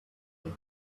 and